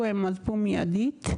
נפסלו הם עזבו מיידית.